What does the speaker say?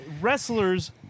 wrestlers